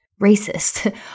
racist